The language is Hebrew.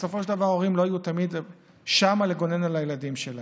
בסופו של דבר ההורים לא יהיו תמיד שם לגונן על הילדים שלהם.